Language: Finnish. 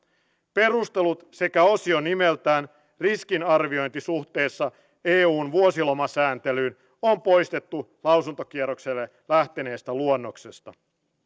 perustelut sekä osio nimeltä riskinarviointi suhteessa eun vuosilomasääntelyyn on poistettu lausuntokierrokselle lähteneestä luonnoksesta